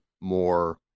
more